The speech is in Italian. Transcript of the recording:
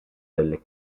delle